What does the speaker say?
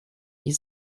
die